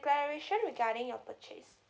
declaration regarding your purchase